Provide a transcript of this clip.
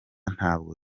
ntabwo